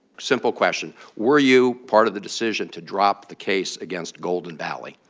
simple question were you part of the decision to drop the case against golden valley?